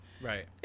Right